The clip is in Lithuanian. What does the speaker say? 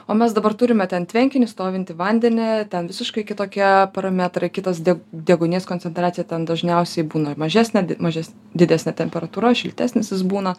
o mes dabar turime ten tvenkinį stovintį vandenį ten visiškai kitokie parametrai kitas de deguonies koncentracija ten dažniausiai būna ir mažesnė mažesnė didesnė temperatūra šiltesnis jis būna